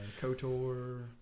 KOTOR